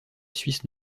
suisse